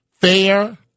fair